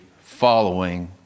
following